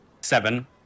Seven